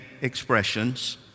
expressions